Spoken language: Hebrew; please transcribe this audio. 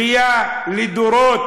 בכייה לדורות.